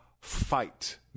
fight